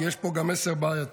כי יש פה גם מסר בעייתי: